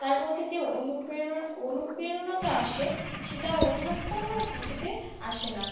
তার মধ্যে যে অনুপ্রেরা অনুপ্রেরণাতা আসে সেটা অন্য কোনও কিছুতে আসে না